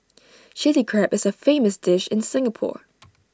Chilli Crab is A famous dish in Singapore